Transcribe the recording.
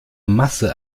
masse